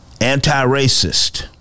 Anti-racist